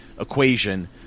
equation